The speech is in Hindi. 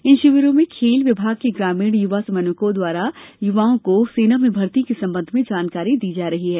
इन शिविरों में खेल विभाग के ग्रामीण युवा समन्वयकों द्वारा युवाओं को सेना में भर्ती के संबंध में जानकारी दी जा रही है